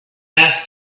asked